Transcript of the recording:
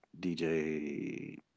DJ